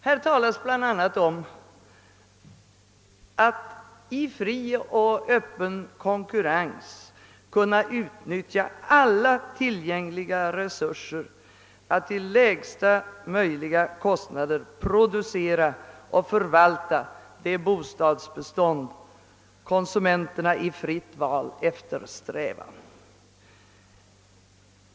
Det talas där bl.a. om att denna bör »syfta till att i fri och öppen konkurrens kunna utnyttja alla tillgängliga resurser att till lägsta möjliga kostnader producera och förvalta det bostadsbestånd konsumenterna i fritt val visar sig eftersträva».